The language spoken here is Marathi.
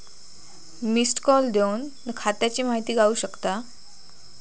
मिस्ड कॉल देवन खात्याची माहिती गावू शकता